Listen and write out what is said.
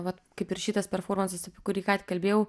vat kaip ir šitas performansas apie kurį ką tik kalbėjau